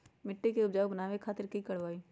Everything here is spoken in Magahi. मिट्टी के उपजाऊ बनावे खातिर की करवाई?